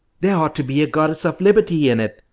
there ought to be a goddess of liberty in it,